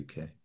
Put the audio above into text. UK